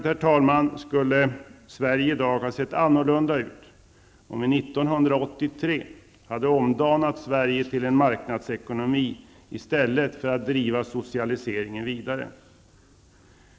Otvivelaktigt skulle Sverige ha sett annorlunda ut, om vi 1983 hade omdanat Sverige till en marknadsekonomi i stället för att driva socialiseringen vidare.